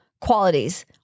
qualities